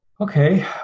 Okay